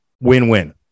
win-win